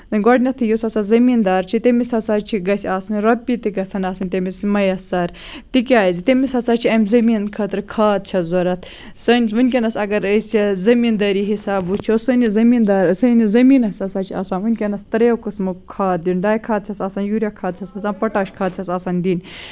گۄڈٕنیتھٕے یُس ہسا زٔمیٖن دار چھ تٔمِس ہسا چھ گژھِ آسِنۍ رۄپیہِ تہِ گژھن آسٕنۍ تٔمِس مۄیثر تِکیازِ تٔمِس ہسا چھِ اَمہِ زٔمیٖن خٲطرٕ کھاد چھَس ضوٚرتھ سٲنِس وٕنکیٚنس اَگر أسۍ زٔمیٖن دٲری حِساب وٕچھو سٲنِس زٔمیٖن دار سٲنِس زٔمیٖنَس ہسا چھِ آسان وٕنکینس ترٛیو قٕسمَو کھاد دیُن ڈے کھاد چھَس آسان یوٗرِیا کھاد چھَس آسان پوٚٹیش کھاد چھس آسان دِنۍ